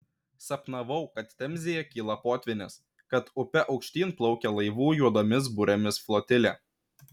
sapnavau kad temzėje kyla potvynis kad upe aukštyn plaukia laivų juodomis burėmis flotilė